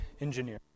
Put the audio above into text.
engineer